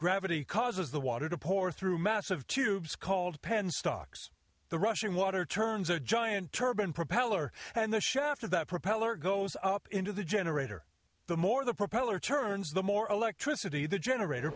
gravity causes the water to pour through massive tubes called pen stocks the rushing water turns a giant turban propeller and the shaft of that propeller goes up into the generator the more the propeller turns the more electricity the generator